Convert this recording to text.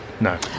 No